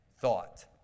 thought